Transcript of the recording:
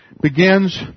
Begins